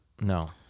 No